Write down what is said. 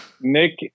Nick